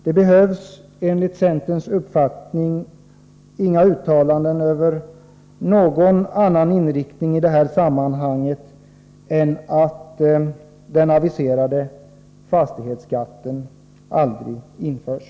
Det behövs, enligt centerns uppfattning, inga uttalanden om någon annan inriktning i det här sammanhanget än att den aviserade fastighetsskatten aldrig skall införas.